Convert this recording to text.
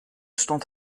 stond